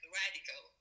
radical